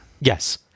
Yes